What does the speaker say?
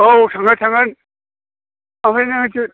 औ थांगोन थांगोन ओमफ्राय नों